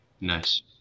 Nice